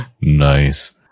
Nice